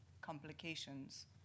complications